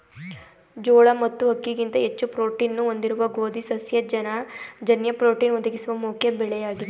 ಜೋಳ ಮತ್ತು ಅಕ್ಕಿಗಿಂತ ಹೆಚ್ಚು ಪ್ರೋಟೀನ್ನ್ನು ಹೊಂದಿರುವ ಗೋಧಿ ಸಸ್ಯ ಜನ್ಯ ಪ್ರೋಟೀನ್ ಒದಗಿಸುವ ಮುಖ್ಯ ಬೆಳೆಯಾಗಿದೆ